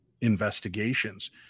investigations